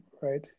right